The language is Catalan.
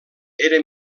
era